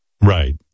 Right